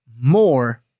more